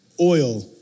oil